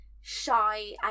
shy